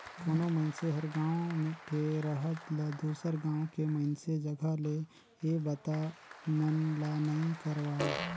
कोनो मइनसे हर गांव के रहत ल दुसर गांव के मइनसे जघा ले ये बता मन ला नइ करवाय